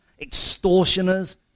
extortioners